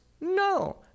No